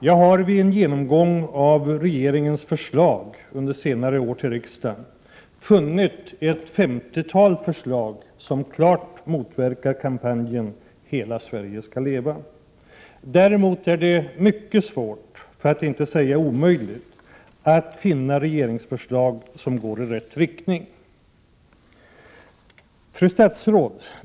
Jag har vid en genomgång av regeringens förslag under senare år till riksdagen funnit ett femtiotal förslag som klart motverkar kampanjen ”Hela Sverige skall leva”. Däremot är det mycket svårt — för att inte säga omöjligt — att finna regeringsförslag som går i rätt riktning. Fru statsråd!